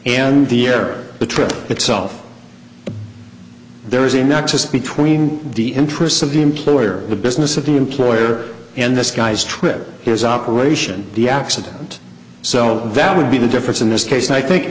and the air the trip itself there is a nexus between the interests of the employer the business of the employer and this guy's trip or his operation the accident so that would be the difference in this case i think